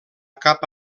cap